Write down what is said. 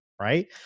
right